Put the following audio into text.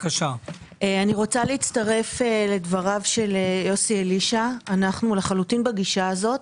אני רוצה להצטרף לדבריו של יוסי אלישע; אנחנו נמצאים לחלוטין בגישה הזו.